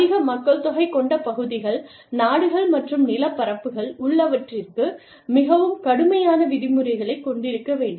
அதிக மக்கள்தொகை கொண்ட பகுதிகள் நாடுகள் மற்றும் நிலப்பரப்புகள் உள்ளவற்றிற்கு மிகவும் கடுமையான விதிமுறைகளைக் கொண்டிருக்க வேண்டும்